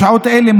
בשעות אלה,